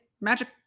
Magic